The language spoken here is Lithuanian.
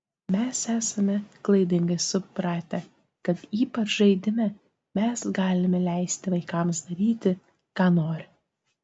mes esame klaidingai supratę kad ypač žaidime mes galime leisti vaikams daryti ką nori